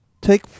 take